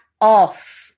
off